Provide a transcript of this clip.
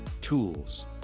Tools